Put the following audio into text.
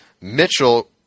Mitchell